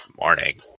morning